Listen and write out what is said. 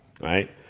right